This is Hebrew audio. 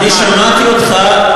אני שמעתי אותך.